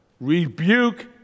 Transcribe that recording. rebuke